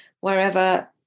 Wherever